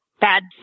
bad